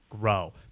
grow